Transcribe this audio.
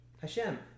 Hashem